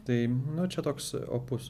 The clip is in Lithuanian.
tai nu čia toks opus